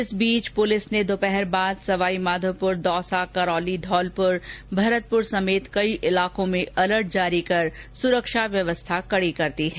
इस बीच पुलिस ने दोपहर बाद सवाई माधोपुर दौसा करौली धौलपुर भरतपुर समेत कई इलाकों में अलर्ट जारी कर सुरक्षा व्यवस्था कड़ी कर दी है